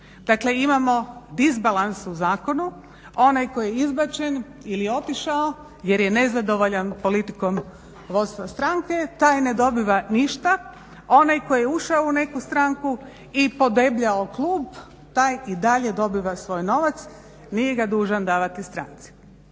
Dakle, imamo disbalans u zakonu, onaj koji je izbačen ili je otišao jer je nezadovoljan politikom vodstva stranke, taj ne dobiva ništa, onaj koji je ušao u neku stranku i podebljao klub, taj i dalje dobiva svoj novac, nije ga dužan davati stranci.